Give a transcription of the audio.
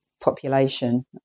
population